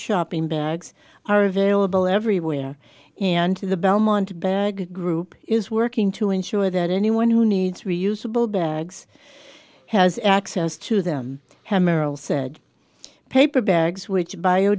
shopping bags are available everywhere and the belmont bag group is working to ensure that anyone who needs reusable bags has access to them have merrill said paper bags which bio